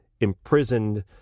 imprisoned